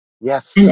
Yes